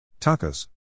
Tacos